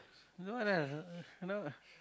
no lah no